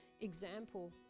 example